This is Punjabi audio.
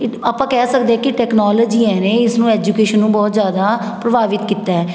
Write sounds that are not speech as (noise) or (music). ਇ ਆਪਾਂ ਕਹਿ ਸਕਦੇ ਕਿ ਟੈਕਨੋਲੋਜੀ ਹੈ (unintelligible) ਇਸ ਨੂੰ ਐਜੂਕੇਸ਼ਨ ਨੂੰ ਬਹੁਤ ਜ਼ਿਆਦਾ ਪ੍ਰਭਾਵਿਤ ਕੀਤਾ ਹੈ